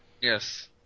Yes